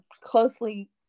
closely